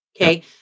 Okay